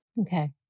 Okay